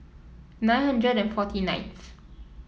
nine hundred and forty ninth